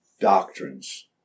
doctrines